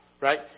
right